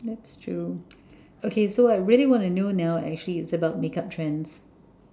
that's true okay so I really want to know now actually is about makeup trends